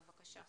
בבקשה.